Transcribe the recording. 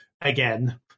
Again